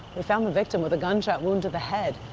they found the victim with a gunshot wound to the head.